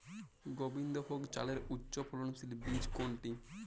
গোবিন্দভোগ চালের উচ্চফলনশীল বীজ কোনটি?